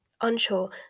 unsure